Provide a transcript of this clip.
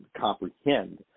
comprehend